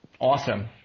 Awesome